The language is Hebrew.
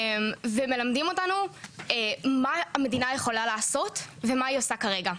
ומלמדים אותנו מה המדינה יכולה לעשות ומה היא עושה כרגע.